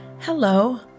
Hello